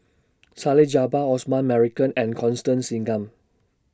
Salleh Japar Osman Merican and Constance Singam